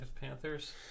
Panthers